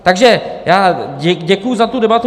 Takže já děkuju za tu debatu.